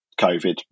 COVID